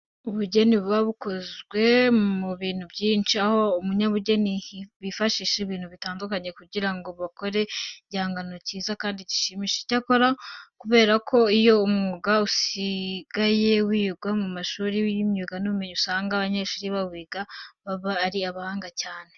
Ubugeni buba bukozwe mu bintu byinshi, aho abanyabugeni bifashisha ibintu bitandukanye kugira ngo bakore igihangano cyiza kandi gishimishije. Icyakora kubera ko uyu mwuga usigaye wigwa mu mashuri y'imyuga n'ubumenyingiro, usanga abanyeshuri bawiga baba ari abahanga cyane.